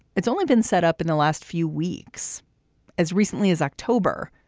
it's only been set up in the last few weeks as recently as october.